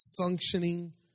functioning